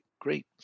Great